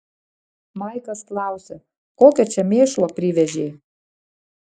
maiklas klausė kokio čia mėšlo privežei